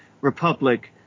Republic